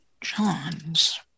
Johns